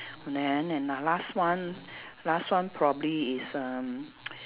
and then and the last one last one probably is um